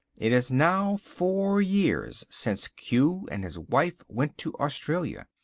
it is now four years since q and his wife went to australia.